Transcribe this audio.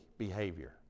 behavior